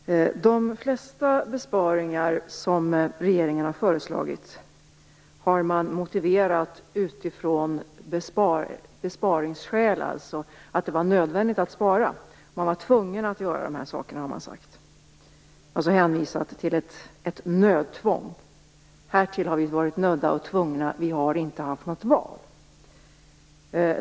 Fru talman! De flesta besparingar som regeringen har föreslagit har motiverats utifrån besparingsskäl. Det var nödvändigt att spara. Man var tvungen att göra dessa saker, har man sagt. Man har alltså hänvisat till ett nödtvång. Härtill har vi varit nödda och tvungna. Vi har inte haft något val.